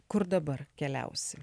kur dabar keliausi